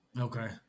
Okay